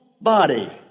body